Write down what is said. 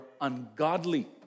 ungodly